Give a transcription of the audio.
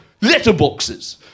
letterboxes